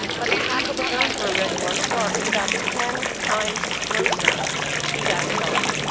but the habitable zone for a red dwarf star is about ten times closer to that star.